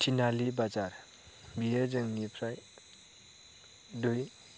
थिनालि बाजार बियो जोंनिफ्राय दुइ